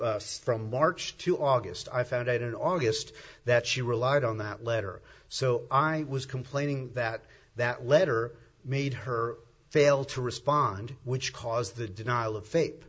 us from march to august i found out in august that she relied on that letter so i was complaining that that letter made her fail to respond which cause the denial